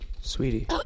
Sweetie